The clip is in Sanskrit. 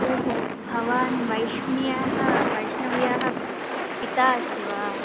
ओहो भवान् वैष्ण्याः वैष्णव्याः पिता अस्ति वा